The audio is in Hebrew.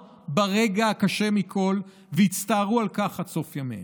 ברגע הקשה מכול והצטערו על כך עד סוף ימיהן.